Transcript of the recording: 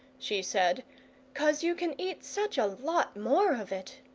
she said cos you can eat such a lot more of it!